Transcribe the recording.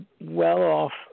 well-off